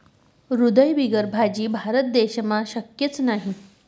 हयद बिगर भाजी? भारत देशमा शक्यच नही